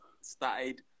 started